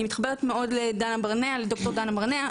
אני מתחברת מאוד לדבריה של ד״ר דנה ברנע,